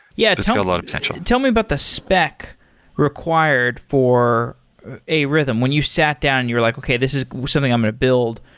yeah it's got a lot of potential. tell me about the spec required for arhythm. when you sat down and you're like, okay, this is something i'm going to build.